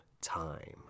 time